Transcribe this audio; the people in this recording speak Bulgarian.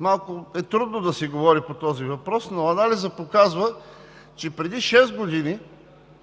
малко е трудно да се говори по този въпрос. Но анализът показва, че преди шест години